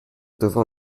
devant